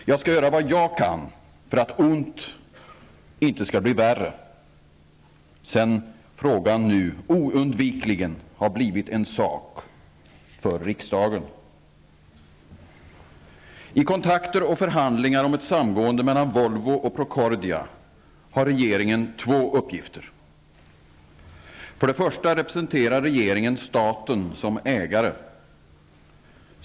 Jag skall göra vad jag kan för att ont inte skall bli värre, sedan frågan nu oundvikligen har blivit en sak för riksdagen. I kontakter och förhandlingar om ett samgående mellan Volvo och Procordia har regeringen två uppgifter. För det första representerar regeringen staten som ägare.